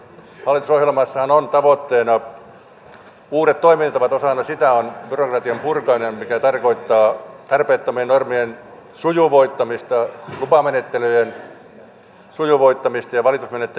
hallitusohjelmassahan on tavoitteena uudet toimintatavat osana sitä on byrokratian purkaminen mikä tarkoittaa tarpeettomien normien purkamista lupamenettelyjen sujuvoittamista ja valitusmenettelyn järkevöittämistä